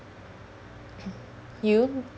you